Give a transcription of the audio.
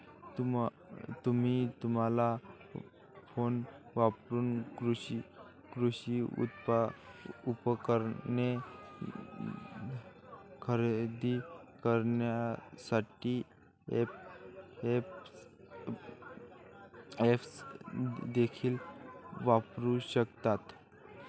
तुम्ही तुमच्या फोनवरून कृषी उपकरणे खरेदी करण्यासाठी ऐप्स देखील वापरू शकता